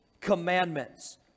commandments